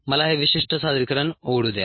मला हे विशिष्ट सादरीकरण उघडू द्या